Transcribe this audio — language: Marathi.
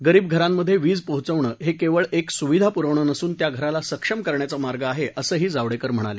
गरीब घरांमधे वीज पाहोचवणं हे केवळ एक सुविधा पुरवणं नसून त्या घराला सक्षम करण्याचा मार्ग आहे असंही जावडेकर म्हणाले